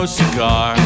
cigar